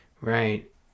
Right